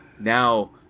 now